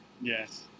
Yes